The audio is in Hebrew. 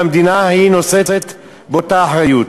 והמדינה נושאת באותה אחריות.